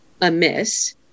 amiss